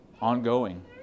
ongoing